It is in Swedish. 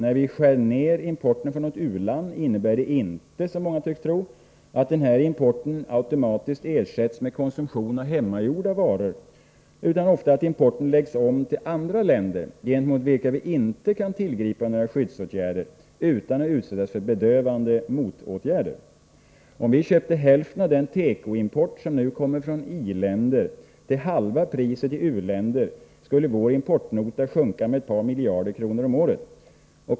När vi skär ned importen från något u-land innebär det inte automatiskt, som många tycks tro, att denna import ersätts med konsumtion av hemmagjorda varor utan ofta att importen läggs om till andra länder gentemot vilka vi inte kan tillgripa några skyddsåtgärder utan att utsättas för bedövande motåtgärder. Om vi köpte hälften av den tekoimport som nu kommer från i-länder till halva priset i u-länder skulle vår importnota sjunka med ett par miljarder kronor om året.